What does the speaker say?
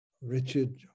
richard